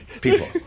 people